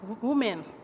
women